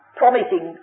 promising